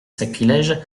sacrilège